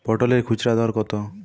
পটলের খুচরা দর কত?